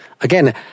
again